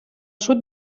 sud